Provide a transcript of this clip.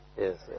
Yes